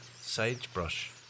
sagebrush